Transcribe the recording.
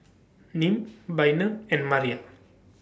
Nim Bynum and Maria